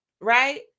right